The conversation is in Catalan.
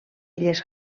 illes